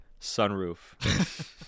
sunroof